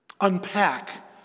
unpack